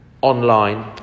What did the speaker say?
online